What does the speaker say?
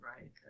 right